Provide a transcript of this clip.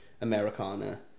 Americana